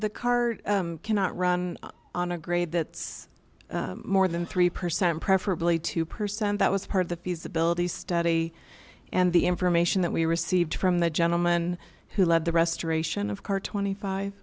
the car cannot run on a grade that's more than three percent preferably two percent that was part of the feasibility study and the information that we received from the gentleman who led the restoration of car twenty five